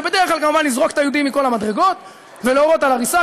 ובדרך כלל כמובן לזרוק את היהודים מכל המדרגות ולהורות על הריסה,